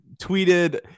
tweeted